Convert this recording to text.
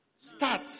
start